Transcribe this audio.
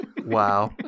Wow